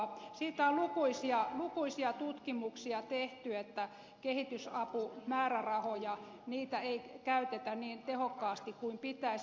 siitä on lukuisia tutkimuksia tehty että kehitysapumäärärahoja ei käytetä niin tehokkaasti kuin pitäisi